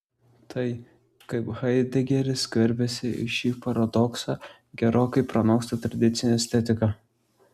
tai kaip haidegeris skverbiasi į šį paradoksą gerokai pranoksta tradicinę estetiką